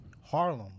Harlem